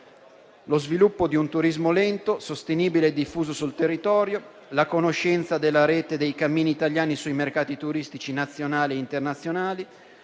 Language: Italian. lo sviluppo di un turismo lento, sostenibile e diffuso sul territorio, la conoscenza della rete dei cammini italiani sui mercati turistici nazionali e internazionali,